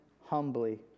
humbly